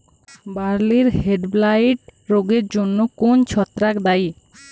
বার্লির হেডব্লাইট রোগের জন্য কোন ছত্রাক দায়ী?